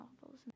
novels